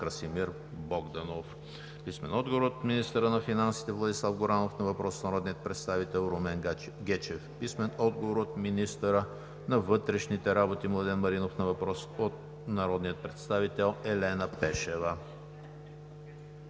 Красимир Богданов; - министъра на финансите Владислав Горанов на въпрос от народния представител Румен Гечев; - министъра на вътрешните работи Младен Маринов на въпрос от народния представител Елена Пешева;